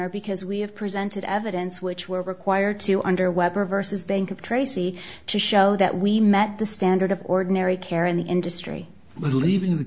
r because we have presented evidence which we're required to under weber vs bank of tracy to show that we met the standard of ordinary care in the industry leaving the